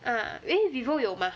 uh eh vivo 有 mah